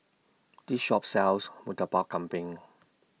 This Shop sells Murtabak Kambing